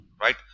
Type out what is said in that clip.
right